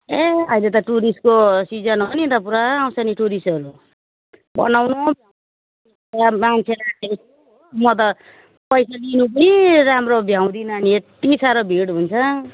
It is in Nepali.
ए अहिले त टुरिस्टको सिजन हो नि त पुरा आउँछ नि टुरिस्टहरू बनाउनु भ्याउ यहाँ मान्छे राखेको छु हो म त पैसा लिनु पनि राम्रो भ्याउँदिन नि यति साह्रो भिड हुन्छ